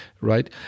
Right